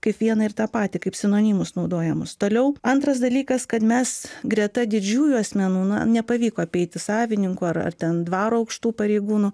kaip vieną ir tą patį kaip sinonimus naudojamus toliau antras dalykas kad mes greta didžiųjų asmenų na nepavyko apeiti savininkų ar ar ten dvaro aukštų pareigūnų